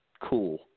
cool